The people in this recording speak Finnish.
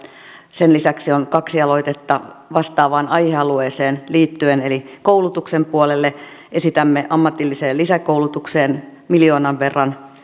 sen lisäksi on kaksi aloitetta vastaavaan aihealueeseen liittyen eli koulutuksen puolelle esitämme ammatilliseen lisäkoulutukseen miljoonan verran